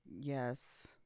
Yes